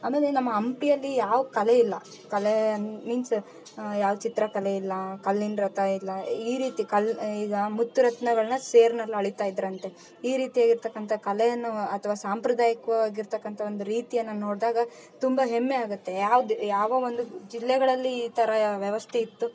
ಆಮೇಲೆ ನಮ್ಮ ಹಂಪಿಯಲ್ಲಿ ಯಾವ ಕಲೆಯಿಲ್ಲ ಕಲೆ ಅನ್ ಮಿಂಚ್ ಯಾವ ಚಿತ್ರಕಲೆ ಇಲ್ಲ ಕಲ್ಲಿನ ರಥ ಇಲ್ಲ ಈ ರೀತಿ ಕಲ್ಲು ಈಗ ಮುತ್ತು ರತ್ನಗಳ್ನ ಸೇರ್ನಲ್ಲಿ ಅಳಿತಾ ಇದ್ದರಂತೆ ಈ ರೀತಿಯಾಗಿರ್ತಕ್ಕಂಥ ಕಲೆಯನ್ನು ಅಥ್ವ ಸಾಂಪ್ರದಾಯಿಕವಾಗಿ ಇರ್ತಕ್ಕಂಥ ಒಂದು ರೀತಿಯನ್ನ ನೋಡ್ದಾಗ ತುಂಬ ಹೆಮ್ಮೆ ಆಗತ್ತೆ ಯಾವ್ದು ಯಾವ ಒಂದು ಜಿಲ್ಲೆಗಳಲ್ಲಿ ಈ ಥರ ಯ ವ್ಯವಸ್ಥೆ ಇತ್ತು